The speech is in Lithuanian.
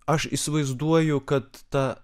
aš įsivaizduoju kad ta